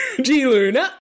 G-luna